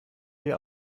wir